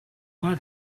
what